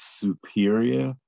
superior